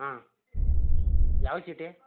ಹಾಂ ಯಾವ ಚೀಟಿ